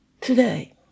Today